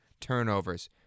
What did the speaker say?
turnovers